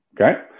Okay